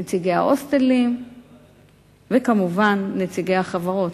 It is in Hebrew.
נציגי ההוסטלים וכמובן נציגי החברות.